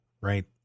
right